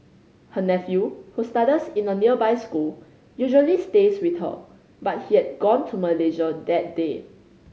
her nephew who studies in a nearby school usually stays with her but he had gone to Malaysia that day